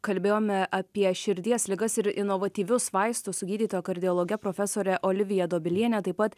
kalbėjome apie širdies ligas ir inovatyvius vaistus su gydytoja kardiologe profesore olivija dobiliene taip pat